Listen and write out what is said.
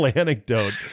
anecdote